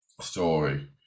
story